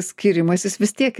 skyrimasis vis tiek